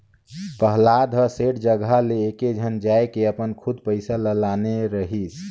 पहलाद ह सेठ जघा ले एकेझन जायके अपन खुद पइसा ल लाने रहिस